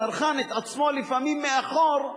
הצרכן, את עצמו לפעמים מאחור,